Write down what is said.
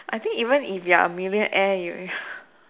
I think even if you're a millionaire you